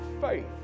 faith